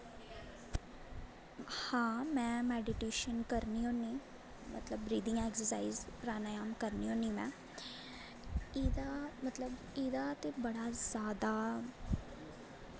हां में मैडिटेशन करनी होन्नी मतलब बरीथिंग ऐक्सर्साईज प्रानयाम करनी होन्नी में एह्दे ते मतलब एह्दा बड़ा जैदा